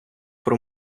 про